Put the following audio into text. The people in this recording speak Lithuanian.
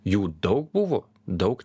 jų daug buvo daug